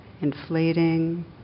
inflating